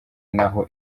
naho